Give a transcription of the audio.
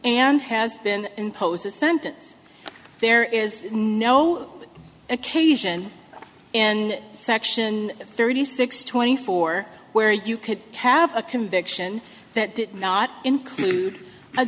and has been imposed a sentence there is no occasion and section thirty six twenty four where you could have a conviction that did not include a